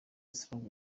strong